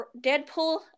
Deadpool